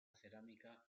cerámica